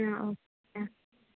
ആ ഓക്കേ ആ